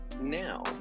now